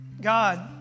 God